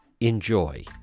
enjoy